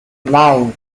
nine